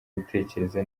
gutekereza